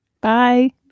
Bye